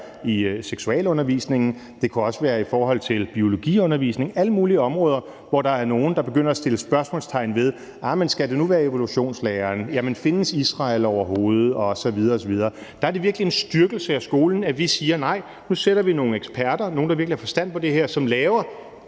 til seksualundervisning, det kunne også være i forhold til biologiundervisning, altså alle mulige områder, hvor der er nogle, der begynder at sætte spørgsmålstegn ved, om det nu skal være evolutionslæren, eller om Israel overhovedet findes osv. osv. Der er det virkelig en styrkelse af skolen, at vi siger: Nej, nu sætter vi nogle eksperter – altså nogle, der virkelig har forstand på det her – til